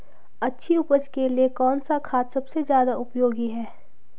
अच्छी उपज के लिए कौन सा खाद सबसे ज़्यादा उपयोगी है?